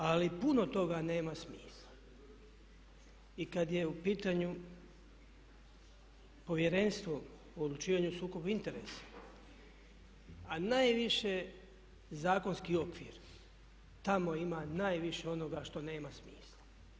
Ali puno toga nema smisla i kad je u pitanju Povjerenstvo o odlučivanju sukoba interesa a najviše zakonski okvir tamo ima najviše onoga što nema smisla.